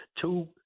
two